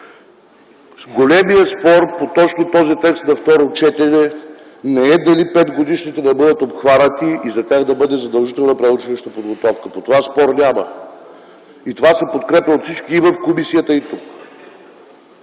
Големият спор точно по този текст на второ четене не е дали 5-годишните да бъдат обхванати и за тях да бъде задължителна предучилищната подготовка. По това спор няма. И това се подкрепя от всички и в комисията, и тук.